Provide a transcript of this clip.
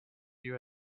you